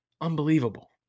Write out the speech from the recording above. Unbelievable